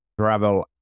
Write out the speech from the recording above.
travel